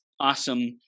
awesome